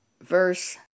Verse